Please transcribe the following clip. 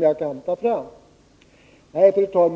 jag kan ta fram fler.